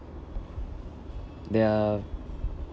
the